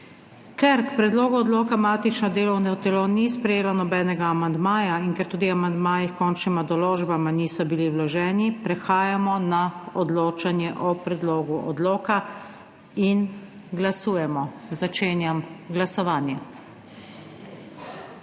Ker k predlogu odloka matično delovno telo ni sprejelo nobenega amandmaja in ker tudi amandmaji h končnima določbama niso bili vloženi, prehajamo na odločanje o predlogu odloka. Glasujemo. Navzočih je